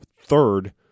third